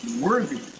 worthy